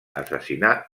assassinar